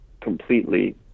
completely